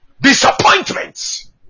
Disappointments